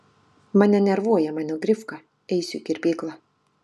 mane nervuoja mano grifka eisiu į kirpyklą